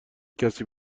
کسی